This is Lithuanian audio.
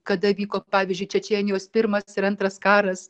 kada vyko pavyzdžiui čečėnijos pirmas ir antras karas